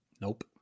Nope